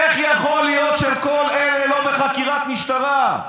איך יכול להיות שכל אלה לא בחקירת משטרה?